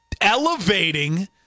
elevating